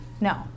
No